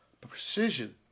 precision